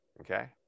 Okay